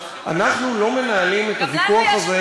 אנחנו לא מנהלים את הוויכוח הזה,